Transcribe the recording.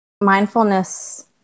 Mindfulness